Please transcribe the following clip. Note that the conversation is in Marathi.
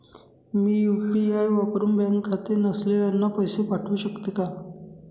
मी यू.पी.आय वापरुन बँक खाते नसलेल्यांना पैसे पाठवू शकते का?